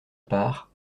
part